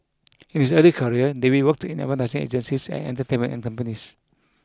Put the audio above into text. in his early career David worked in advertising agencies and entertainment companies